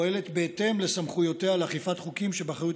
פועלת בהתאם לסמכויותיה לאכיפת חוקים שבאחריות